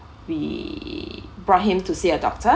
we brought him to see a doctor